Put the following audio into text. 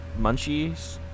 Munchies